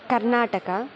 Karnataka